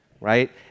Right